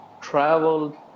traveled